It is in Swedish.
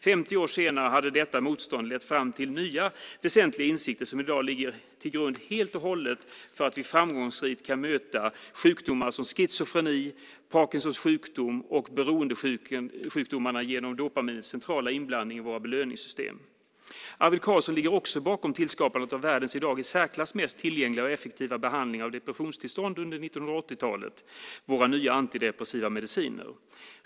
Detta motstånd hade 50 år senare lett fram till nya väsentliga insikter som i dag helt och hållet ligger till grund för att vi framgångsrikt kan möta sjukdomar som schizofreni, Parkinsons sjukdom och beroendesjukdomarna genom dopamins centrala inblandning i våra belöningssystem. Arvid Carlsson ligger också bakom skapandet av världens i dag i särklass mest tillgängliga och effektiva behandling av depressionstillstånd under 1980-talet i form av våra nya antidepressiva mediciner.